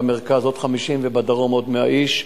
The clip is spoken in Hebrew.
במרכז עוד 50 ובדרום עוד 100 איש,